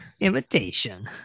imitation